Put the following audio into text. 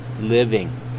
living